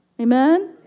Amen